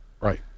right